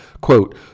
quote